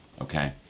okay